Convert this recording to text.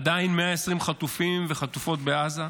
עדיין 120 חטופים וחטופות בעזה,